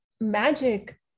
magic